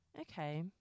Okay